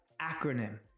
acronym